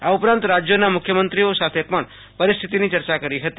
આ ઉપરાંત રાજ્યોના મુખ્યમંત્રીઓ સાથે પણ પરિસ્થિતિની ચર્ચા કરી હતી